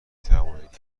توانید